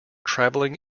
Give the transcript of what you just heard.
traveling